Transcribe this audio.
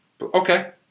okay